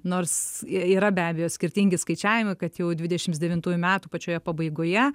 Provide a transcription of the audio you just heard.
nors yra be abejo skirtingi skaičiavimai kad jau dvidešimt devintųjų metų pačioje pabaigoje